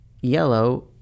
Yellow